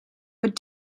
but